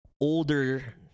older